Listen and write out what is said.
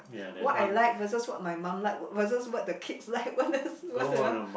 what I like versus what my mum like versus what the kids like versus